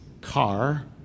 car